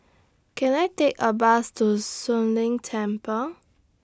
Can I Take A Bus to Soon Leng Temple